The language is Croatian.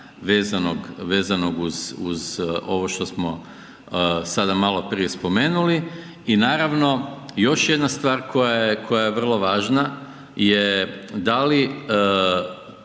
vezanog uz ovo što smo sada maloprije spomenuli i naravno, još jedna stvar koja je vrlo važna je da li